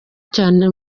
cyane